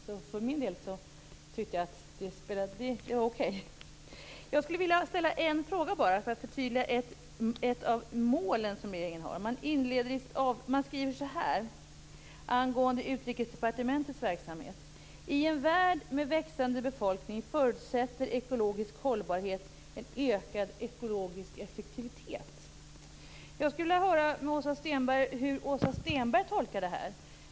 Så för min del var tidpunkten okej. Jag skulle vilja ställa en fråga för att få ett förtydligande av ett av regeringens mål. Man skriver angående Utrikesdepartementets verksamhet att i en värld med växande befolkning förutsätter ekologisk hållbarhet en ökad ekologisk effektivitet. Jag skulle vilja höra hur Åsa Stenberg tolkar det här.